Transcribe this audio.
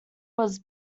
was